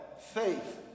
faith